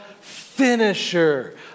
finisher